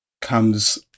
comes